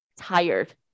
tired